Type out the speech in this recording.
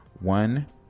One